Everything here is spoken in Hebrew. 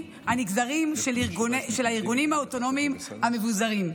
הנגזרים של הארגונים האוטונומיים המבוזרים.